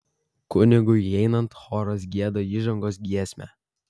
kunigui įeinant choras gieda įžangos giesmę